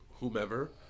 whomever